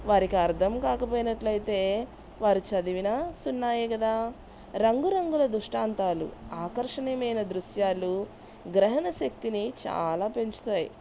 వారికి అర్థం కాకపోయినట్లయితే వారు చదివినా సున్నాయే కదా రంగురంగుల దుష్టాంతాలు ఆకర్షణీయమైన దృశ్యాలు గ్రహణ శక్తిని చాలా పెంచుతాయి